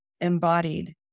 embodied